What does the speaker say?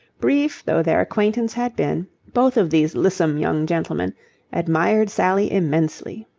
brief though their acquaintance had been, both of these lissom young gentlemen admired sally immensely.